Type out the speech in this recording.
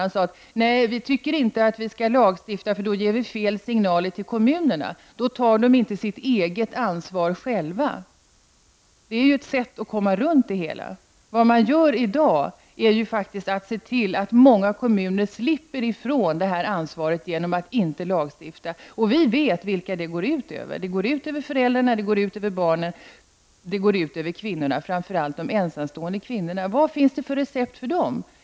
Han sade: Nej, vi tycker inte att vi skall lagstifta, för det ger fel signaler till kommunerna. Då tar de inte sitt eget ansvar. Men det är ett sätt att komma runt det hela. Det man gör i dag genom att inte lagstifta är att se till att många kommuner slipper ifrån detta ansvar. Vi vet vilka detta går ut över. Det går ut över föräldrarna, över barnen och över framför allt de ensamstående kvinnorna. Vad finns det för recept för dem?